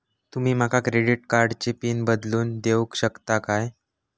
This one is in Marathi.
तुमी माका क्रेडिट कार्डची पिन बदलून देऊक शकता काय?